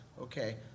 okay